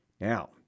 Now